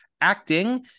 acting